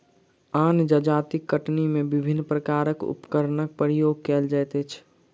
आन जजातिक कटनी मे विभिन्न प्रकारक उपकरणक प्रयोग कएल जाइत अछि